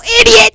idiot